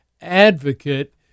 advocate